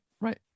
right